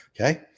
okay